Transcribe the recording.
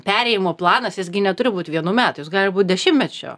perėjimo planas jis gi neturi būt vienų metų jis gali būt dešimtmečio